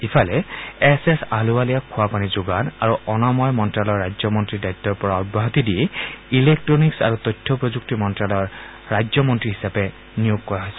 ইফালে S S আহলুৱালিয়াক খোৱা পানী যোগান আৰু অনাময় মন্ত্ৰ্যালয়ৰ ৰাজ্য মন্ত্ৰীৰ দায়িত্বৰ পৰা অব্যাহতি দি ইলেকট্ৰনিক্ছ আৰু তথ্য প্ৰযুক্তি মন্ত্ৰ্যালয়ৰ ৰাজ্যমন্ত্ৰী হিচাপে নিয়োগ কৰা হৈছে